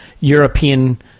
European